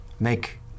Make